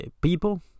people